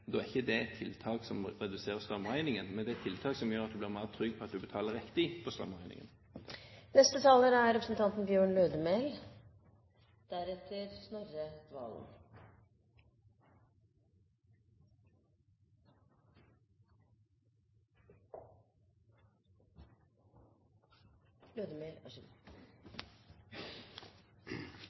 Da er ikke det et tiltak som reduserer strømregningen, men det er et tiltak som gjør at du blir mer trygg på at du betaler riktig